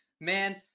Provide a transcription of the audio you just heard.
Man